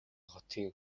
хотын